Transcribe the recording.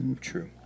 True